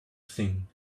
thing